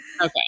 Okay